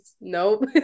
nope